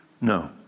No